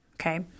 Okay